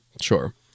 sure